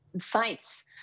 sites